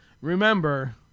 remember